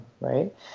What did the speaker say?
right